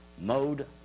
mode